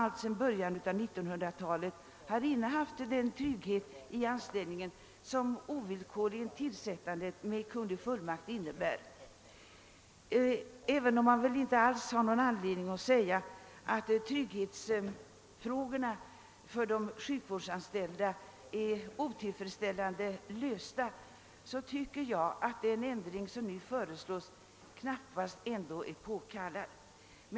Alltsedan början av 1900-talet har denna grupp innehaft den trygghet i anställningen som tillsättandet med kunglig fullmakt innebär. Även om man inte har någon anledning att säga att trygghetsfrågorna för de sjukvårdsanställda är otillfredsställande lösta, tycker jag att den ändring som nu föreslås inte är påkallad.